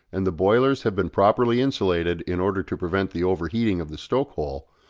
and the boilers have been properly insulated in order to prevent the overheating of the stoke-hole,